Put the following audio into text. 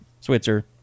Switzer